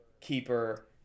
keeper